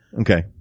Okay